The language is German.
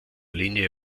linie